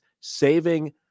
saving